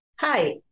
Hi